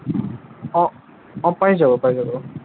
অ অ পাই যাব পাই যাব